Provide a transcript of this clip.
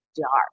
dark